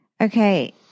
Okay